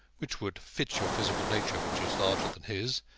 which would fit your physical nature, which is larger than his,